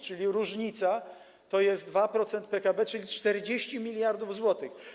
czyli różnica to jest 2% PKB, czyli 40 mld zł.